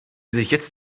sich